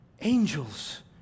Angels